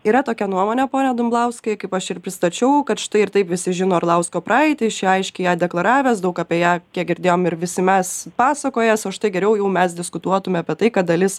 yra tokia nuomonė pone dumblauskai kaip aš ir pristačiau kad štai ir taip visi žino arlausko praeitį ši aiškiai ją deklaravęs daug apie ją kiek girdėjom ir visi mes pasakojęs o štai geriau jau mes diskutuotume apie tai kad dalis